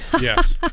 Yes